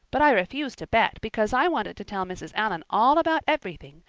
but i refused to bet, because i wanted to tell mrs. allan all about everything,